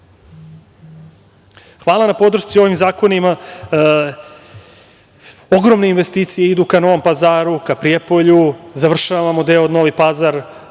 na podršci ovim zakonima. Ogromne investicije idu ka Novom Pazaru, ka Prijepolju, završavamo deo Novi